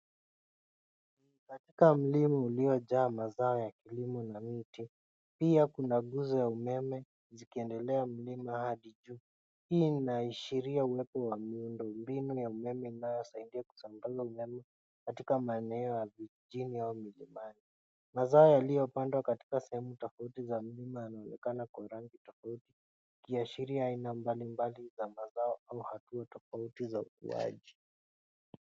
Katika mlima uliojaa mazao ya krimu na miti pia kuna nguzo ya umeme zikiendelea mlima hadi juu. Hii inaashiria uwepo wa miundombinu ya umeme inayosaidia kusambaza umeme katika maeneo ya vijijini au miji mbali. Mazao yaliyopandwa katika sehemu tofauti za mlima yanaonekana kwa rangi tofauti ikiashiria aina mbalimbalimbali au hatua tofauti za ukuaji.